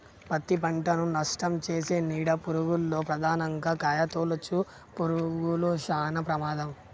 పత్తి పంటను నష్టంచేసే నీడ పురుగుల్లో ప్రధానంగా కాయతొలుచు పురుగులు శానా ప్రమాదం